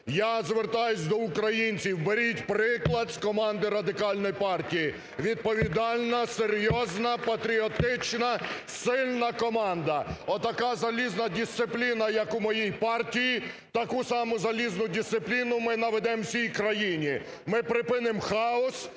Я звертаюсь до українців беріть приклад з команди Радикальної партії: відповідальна, серйозна, патріотична, сильна команда, отака "залізна" дисципліна як у моїй партії, таку саму "залізну" дисципліну ми наведемо в усій країні. Ми припинимо хаос,